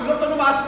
הם לא קנו מעצמם.